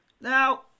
Now